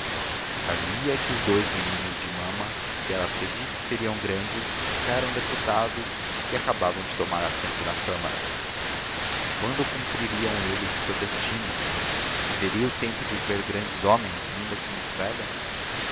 contar lhe ia que os dous meninos de mama que ela predisse seriam grandes eram já deputados e acabavam de tomar assento na câmara quando cumpririam eles o seu destino viveria o tempo de os ver grandes homens ainda que muito velha